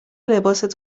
لباست